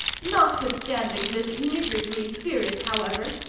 notwithstanding this niggardly spirit however,